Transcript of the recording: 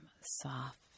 soft